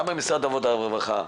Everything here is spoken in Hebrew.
גם במשרד העבודה והרווחה,